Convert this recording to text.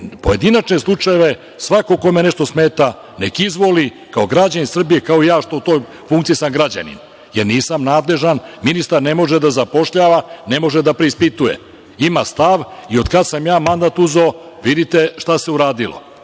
Pojedinačne slučajeve svako kome nešto smeta, neka izvoli kao građanin Srbije, kao što sam i ja građanin, ja nisam nadležan ministar, jer ministar ne može da zapošljava, ne može da preispituje. Ima stav i od kada sam ja mandat uzeo, vidite šta se uradilo.